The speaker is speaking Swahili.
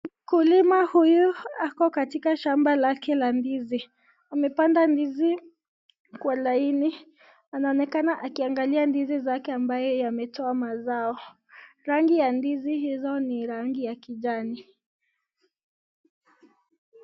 Mkulima huyu ako katika shamba lake la ndizi. Amepanda ndizi kwa laini . Anaonekana akiangalia ndizi zake ambayo yametoa mazao. Rangi ya ndizi hizo ni rangi ya kijani.